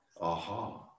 Aha